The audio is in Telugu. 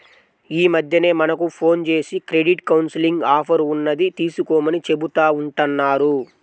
యీ మద్దెన మనకు ఫోన్ జేసి క్రెడిట్ కౌన్సిలింగ్ ఆఫర్ ఉన్నది తీసుకోమని చెబుతా ఉంటన్నారు